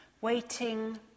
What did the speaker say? waiting